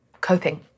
coping